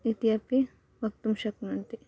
इत्यपि वक्तुं शक्नुवन्ति